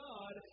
God